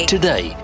Today